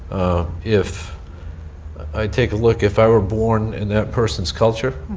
if i take a look, if i were born in that person's culture,